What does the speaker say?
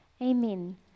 Amen